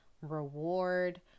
reward